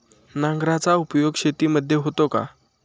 नांगराचा उपयोग शेतीमध्ये होतो का?